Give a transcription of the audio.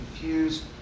confused